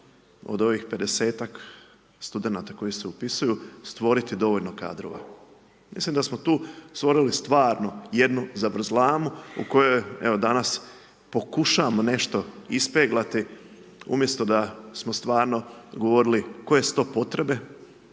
od ovih 50-tak studenata koji se upisuju stvoriti dovoljno kadrova. Mislim da smo tu stvorili stvarno jednu zavrzlamu u kojoj evo danas pokušavamo nešto ispeglati umjesto da smo stvarno govorili koje su to potrebe,